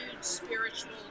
spiritual